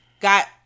got